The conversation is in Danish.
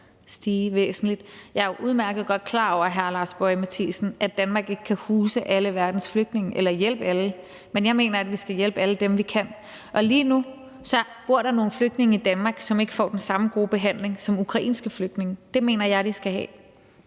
Jeg er udmærket godt klar over, at Danmark ikke kan huse alle verdens flygtninge eller hjælpe alle, men jeg mener, at vi skal hjælpe alle dem, vi kan. Og lige nu bor der nogle flygtninge i Danmark, som ikke får den samme gode behandling som ukrainske flygtninge. Det mener jeg de skal have.